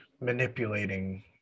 manipulating